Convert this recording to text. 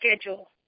schedule